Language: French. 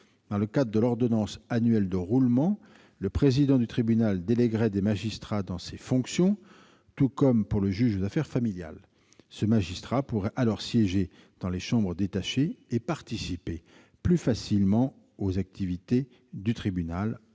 Dans le cadre de l'ordonnance annuelle de roulement, le président du tribunal déléguerait des magistrats dans ces fonctions, tout comme pour le juge des affaires familiales. Ce magistrat pourrait alors siéger dans les chambres détachées et participer plus facilement aux activités du tribunal.